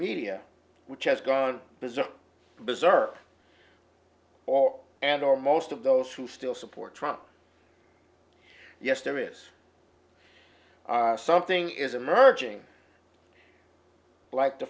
media which has gone bizarre deserve or and or most of those who still support trump yes there is something is emerging like the